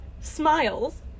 smiles